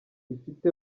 ifite